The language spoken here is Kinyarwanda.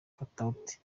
katauti